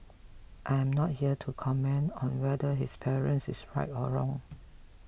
I am not here to comment on whether this parent is right or wrong